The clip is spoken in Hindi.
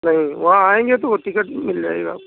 नहीं वहाँ आएंगे तो वह टिकट मिल जाएगी आपको